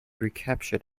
recaptured